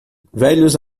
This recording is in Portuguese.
velhos